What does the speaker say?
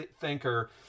thinker